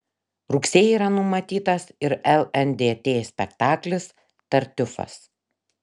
rugsėjį yra numatytas ir lndt spektaklis tartiufas